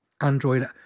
Android